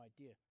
idea